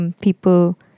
people